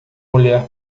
mulher